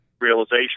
realization